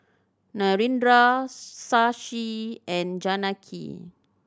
Narendra Shashi and Janaki